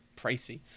pricey